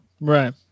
right